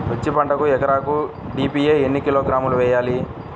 మిర్చి పంటకు ఎకరాకు డీ.ఏ.పీ ఎన్ని కిలోగ్రాములు వేయాలి?